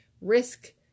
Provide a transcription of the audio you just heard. risk